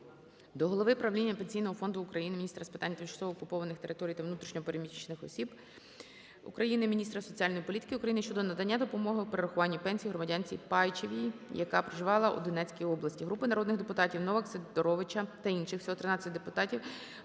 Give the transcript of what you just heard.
до голови правління Пенсійного фонду України, міністра з питань тимчасово окупованих територій та внутрішньо переміщених осіб України, міністра соціальної політики України щодо надання допомоги у перерахуванні пенсії громадянціПейчевій, яка проживала у Донецькій області. Групи народних депутатів (Новак, Сидоровича та інших, всього 13 депутатів)